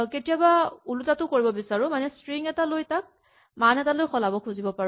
কেতিয়াবা আমি ওলোটাটো কৰিব বিচাৰো মানে ষ্ট্ৰিং এটা লৈ তাক মান এটালৈ সলাব খোজো